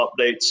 updates